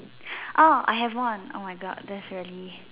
orh I have one oh my God that's really